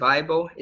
Bible